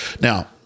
Now